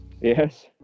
yes